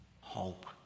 hope